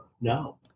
No